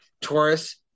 Taurus